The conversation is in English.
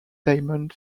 diamond